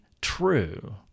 true